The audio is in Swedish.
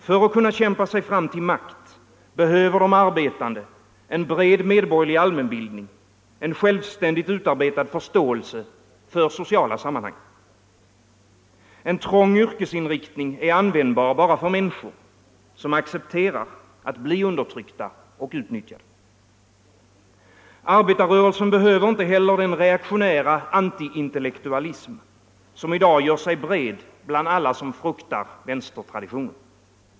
För att kunna kämpa sig fram till makt behöver de arbetande en bred medborgerlig allmänbildning, en självständigt utarbetad förståelse för sociala sammanhang. En trång yrkesinriktning är användbar bara för människor som accepterar att bli undertryckta och utnyttjade. Arbetarrörelsen behöver inte heller den reaktionära antiintellektualism som i dag gör sig bred bland alla som fruktar vänstertraditionen.